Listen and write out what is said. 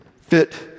fit